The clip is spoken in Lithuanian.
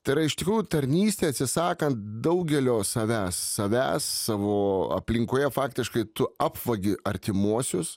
tai yra iš tikrųjų tarnystė atsisakant daugelio savęs savęs savo aplinkoje faktiškai tu apvagi artimuosius